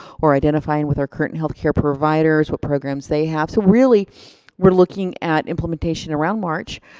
or identifying with our current health care providers what programs they have. so really we're looking at implementation around march,